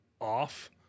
off